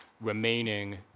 remaining